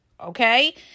okay